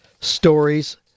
stories